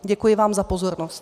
Děkuji vám za pozornost.